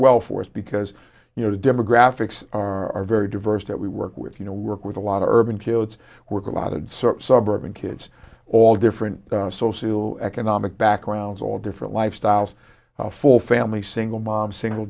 well for us because you know the demographics are very diverse that we work with you know work with a lot of urban kids work a lot of suburban kids all different socioeconomic backgrounds all different lifestyles for family single mom single